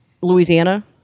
Louisiana